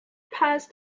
passed